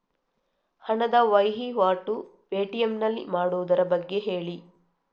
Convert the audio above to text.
ಹಣದ ವಹಿವಾಟು ಪೇ.ಟಿ.ಎಂ ನಲ್ಲಿ ಮಾಡುವುದರ ಬಗ್ಗೆ ಹೇಳಿ